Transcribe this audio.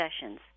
sessions